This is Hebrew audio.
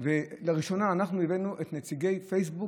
ולראשונה אנחנו הבאנו את נציגי פייסבוק,